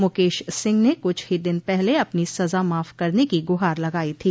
मुकेश सिंह ने कुछ ही दिन पहले अपनी सजा माफ करने की गुहार लगाई थी